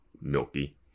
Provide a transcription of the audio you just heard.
milky